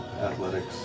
athletics